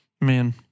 Man